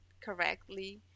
correctly